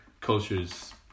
cultures